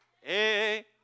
hey